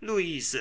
luise